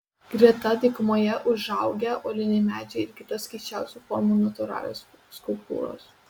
greta dykumoje užaugę uoliniai medžiai ir kitos keisčiausių formų natūralios skulptūros